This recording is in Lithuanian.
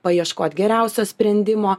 paieškot geriausio sprendimo